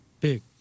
Big